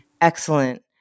excellent